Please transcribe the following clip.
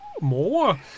more